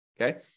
Okay